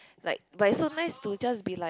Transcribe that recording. like but it's so nice to just be like